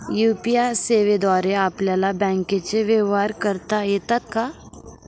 UPI सेवेद्वारे आपल्याला बँकचे व्यवहार करता येतात का?